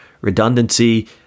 redundancy